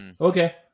Okay